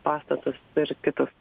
pastatus ir kitus